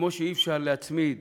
כמו שאי-אפשר להצמיד